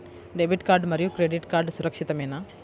Debit card మరియు credit card సురక్షితమేనా?